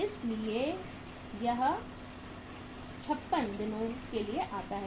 इसलिए यह 56 दिनों के लिए आता है